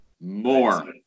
More